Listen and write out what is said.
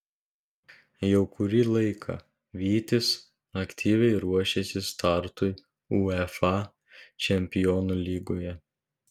jau kurį laiką vytis aktyviai ruošiasi startui uefa čempionų lygoje